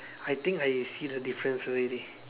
I think I see the difference already